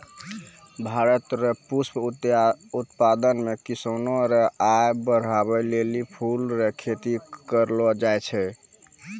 भारत रो पुष्प उत्पादन मे किसानो रो आय बड़हाबै लेली फूल रो खेती करलो जाय छै